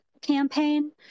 campaign